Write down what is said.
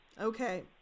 Okay